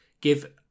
give